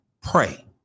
Pray